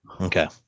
Okay